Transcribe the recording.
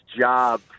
job